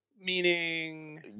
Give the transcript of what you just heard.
Meaning